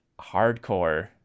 hardcore